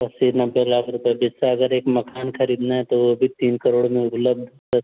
अस्सी नब्बे लाख रुपये बिस्सा अगर एक मकान खरीदना है तो वह भी तीन करोड़ में उपलब्ध है